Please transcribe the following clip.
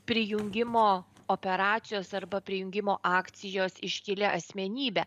prijungimo operacijos arba prijungimo akcijos iškilia asmenybe